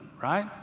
right